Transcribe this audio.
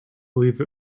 believe